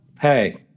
hey